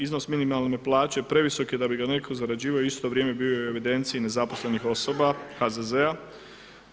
Iznos minimalne plaće previsok je da bi ga neko zarađivao i u isto vrijeme bio u evidenciji nezaposlenih osoba HZZ-a.